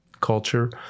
culture